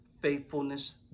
faithfulness